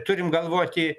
turim galvoti